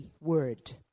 word